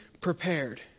prepared